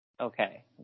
Okay